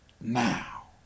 now